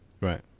Right